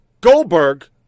Goldberg